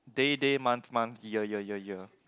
day day month month year year year year